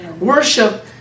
Worship